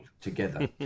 together